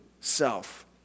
self